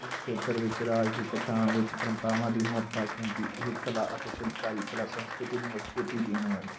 ਇਸ ਖੇਤਰ ਵਿੱਚ ਰਾਜ ਦੀ ਪਛਾਣ ਵਿੱਚ ਪਰੰਪਰਾਵਾਂ ਦੀ ਮਹੱਤਤਾ ਕਿਉਂਕਿ ਇਹ ਕਲਾ ਅਤੇ ਸ਼ਿਲਪਕਾਰੀ ਕਲਾ ਸੰਸਕ੍ਰਿਤੀ ਨੂੰ ਮਜ਼ਬੂਤੀ ਦੇਣ ਵਾਲੇ